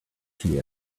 see